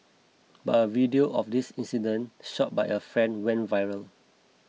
but a video of this incident shot by a friend went viral